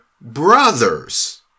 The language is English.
brothers